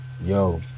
yo